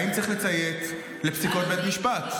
האם צריך לציית לפסיקות בית משפט?